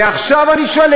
ועכשיו אני שואל,